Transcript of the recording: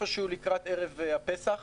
לקראת ערב פסח,